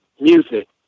music